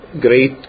great